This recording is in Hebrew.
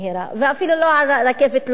ואפילו לא על רכבת לא מהירה,